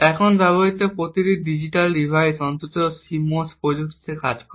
এখন ব্যবহৃত প্রতিটি ডিজিটাল ডিভাইস অন্তত CMOS প্রযুক্তিতে কাজ করে